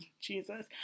Jesus